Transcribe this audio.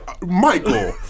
Michael